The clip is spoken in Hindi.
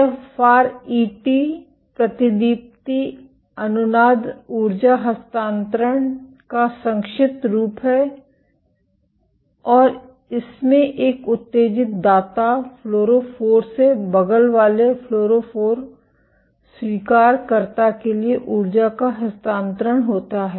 एफआरईटी प्रतिदीप्ति अनुनाद ऊर्जा हस्तांतरण का संक्षिप्त रूप है और इसमें एक उत्तेजित दाता फ्लोरोफोर से बगल वाले फ्लोरोफोर स्वीकारकर्ता के लिए ऊर्जा का हस्तांतरण होता है